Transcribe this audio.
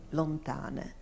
lontane